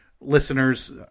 listeners